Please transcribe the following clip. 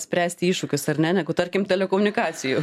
spręsti iššūkius ar ne negu tarkim telekomunikacijų